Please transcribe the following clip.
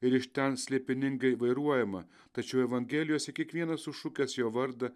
ir iš ten slėpiningai vairuojama tačiau evangelijose kiekvienas sušukęs jo vardą